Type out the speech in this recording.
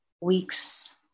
weeks